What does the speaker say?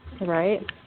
Right